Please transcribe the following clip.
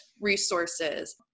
resources